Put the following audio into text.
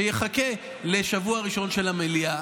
שיחכה לשבוע הראשון של המליאה,